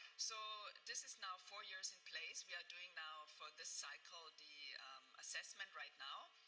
so this is now four years in place. we are doing now for this cycle the assessment right now.